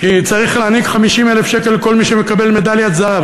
כי צריך להעניק 50,000 שקל לכל מי שמקבל מדליית זהב.